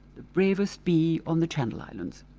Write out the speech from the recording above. the bravest bee on the channel islands.